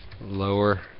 lower